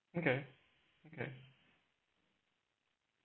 okay okay